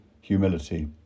humility